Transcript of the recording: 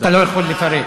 אתה לא יכול לפרט.